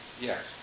Yes